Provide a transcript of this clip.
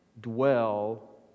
dwell